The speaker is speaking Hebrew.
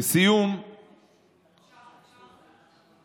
לסיום אפשר להגיב על זה במילה?